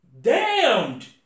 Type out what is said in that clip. damned